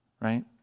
right